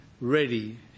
ready